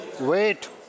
Wait